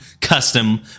custom